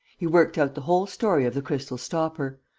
he worked out the whole story of the crystal stopper.